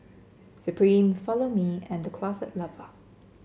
Supreme Follow Me and The Closet Lover